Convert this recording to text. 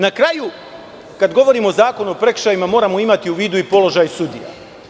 Na kraju, kada govorimo o zakonu o prekršajima, moramo imati u vidu i položaj sudija.